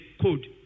code